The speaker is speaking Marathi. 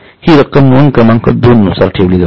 हि रक्कम नोंद क्रमांक दोन नुसार ठेवली जाते